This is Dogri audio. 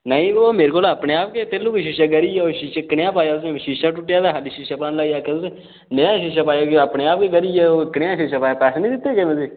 नेईं जरो मेरे कोल अपने आप गै तैह्ल्लूं गै शीशा कह्री जां ओह् शीशा कनेहा पाया तुसें शीशा टुट्टे दा हा शीशा पान लगेआ कदूं ते में शीशा पाया ओह् अपने आप गै कह्री आ ओह् कनेहा शीशा पाया पैसे निं दित्ते केह् तुसें ई